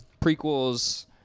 prequels